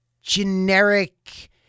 generic